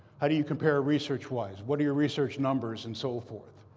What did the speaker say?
how do you compare research-wise? what are your research numbers, and so forth?